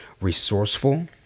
resourceful